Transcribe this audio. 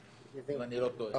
אם אני לא טועה,